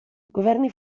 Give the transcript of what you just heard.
governi